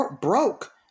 broke